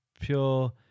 pure